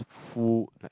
full like